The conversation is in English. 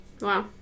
wow